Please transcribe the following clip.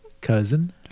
cousin